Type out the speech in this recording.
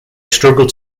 struggled